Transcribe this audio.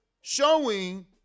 showing